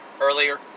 earlier